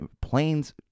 Planes